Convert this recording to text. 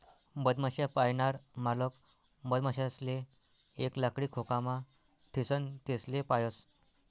मधमाश्या पायनार मालक मधमाशासले एक लाकडी खोकामा ठीसन तेसले पायस